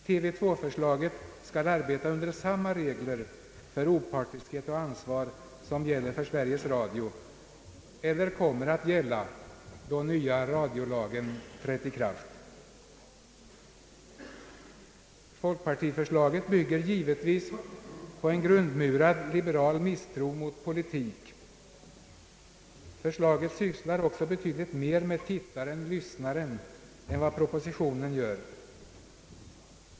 TV 2-företaget skall arbeta under samma regler för opartiskhet och ansvar som gäller för Sveriges Radio — eller som kommer att gälla då nya radiolagen trätt i kraft. Folkpartiförslaget bygger naturligtvis på en grundmurad liberal misstro mot monopol. Förslaget sysslar också betydligt mer med tittaren-lyssnaren än vad propositionen gör.